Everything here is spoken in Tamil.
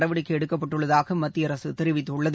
நடவடிக்கை எடுக்கப்பட்டுள்ளதாக மத்திய அரசு தெரிவித்துள்ளது